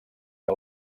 que